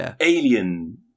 alien